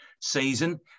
season